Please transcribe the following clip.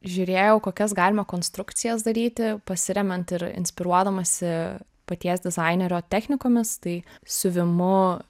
žiūrėjau kokias galima konstrukcijas daryti pasiremiant ir inspiruodamasi paties dizainerio technikomis tai siuvimu